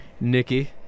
Nikki